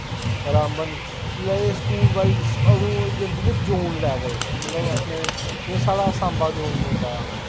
रामबन एह् school boys अदूं जंदा हे जोन लैवल मतलब अपने जि'यां साढ़ा सांबा जोन पौंदा